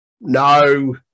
No